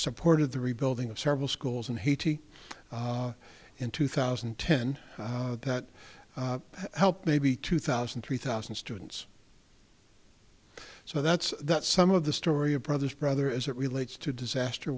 supported the rebuilding of several schools in haiti in two thousand and ten that helped maybe two thousand three thousand students so that's that some of the story of brothers brother as it relates to disaster